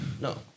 No